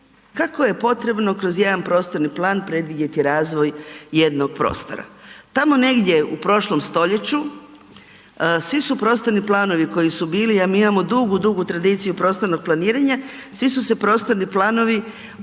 kako je potrebno kroz jedan prostorni plan predvidjeti razvoj jednog prostora. Tamo negdje u prošlom stoljeću, svi su prostorni planovi koji su bili a mi imamo dugu, dugu tradiciju prostornog planiranja, svi su se prostorni planovi uvijek